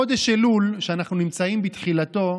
חודש אלול, שאנחנו נמצאים בתחילתו,